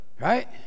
Right